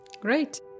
Great